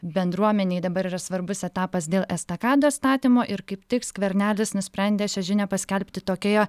bendruomenei dabar yra svarbus etapas dėl estakados statymo ir kaip tik skvernelis nusprendė šią žinią paskelbti tokioje